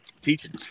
teaching